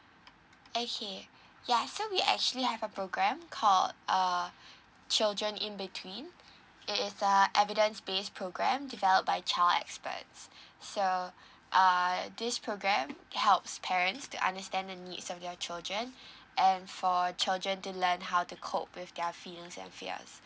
okay ya so we actually have a programme called uh children in between it is a evidence based programme developed by child experts so err this programme helps parents to understand the needs of their children and for children to learn how to cope with their feelings and fears